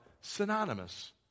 synonymous